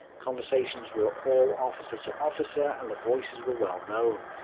conversations were all officer to officer, and the voices were well known.